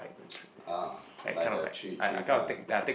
ah like the tree tree kind ah